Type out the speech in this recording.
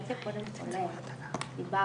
קודם כל דיברת